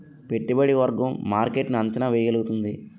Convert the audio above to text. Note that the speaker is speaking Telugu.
పెట్టుబడి వర్గం మార్కెట్ ను అంచనా వేయగలుగుతుంది